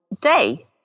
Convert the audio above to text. day